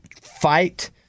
fight